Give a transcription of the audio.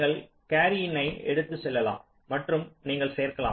நீங்கள் கேரி இன்னை எடுத்துச் செல்லலாம் மற்றும் நீங்கள் சேர்க்கலாம்